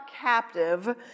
captive